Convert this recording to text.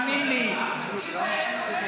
אז מי שלא למד,